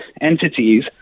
entities